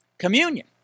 Communion